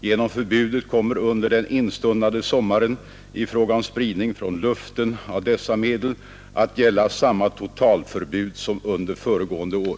Genom förbudet kommer under den instundande sommaren i fråga om spridning från luften av dessa medel att gälla samma totalförbud som under föregående år.